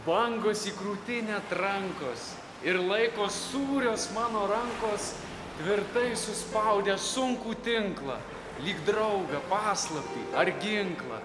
bangos į krūtinę trankos ir laiko sūrios mano rankos tvirtai suspaudę sunkų tinklą lyg draugą paslaptį ar ginklą